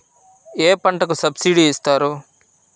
ఏ పంటకు సబ్సిడీ ఇస్తారు?